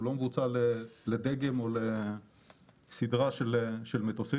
הוא לא מבוצע לדגם או לסדרה של מטוסים.